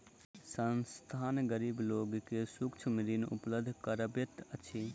संस्थान, गरीब लोक के सूक्ष्म ऋण उपलब्ध करबैत अछि